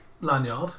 lanyard